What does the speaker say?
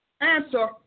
answer